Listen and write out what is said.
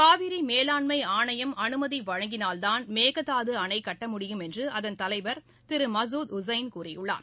காவிரி மேலாண்மை ஆணையம் அனுமதி வழங்கினால் தான் மேகதாது அணை கட்ட முடியும் என்று அதன் தலைவர் திரு மசூத் உசேன் கூறியுள்ளார்